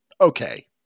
okay